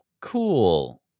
cool